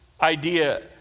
idea